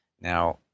Now